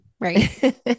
Right